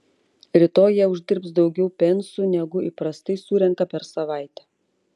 rytoj jie uždirbs daugiau pensų negu įprastai surenka per savaitę